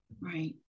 right